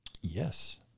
Yes